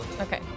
okay